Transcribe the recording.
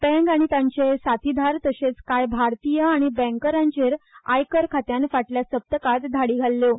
पँग आनी ताचे साथिदार तशेच काय भारतीय आनी बँकरांचेर आयकर खात्यान फाटल्या सप्तकात धाडी घाल्ल्यो